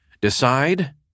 Decide